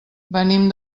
venim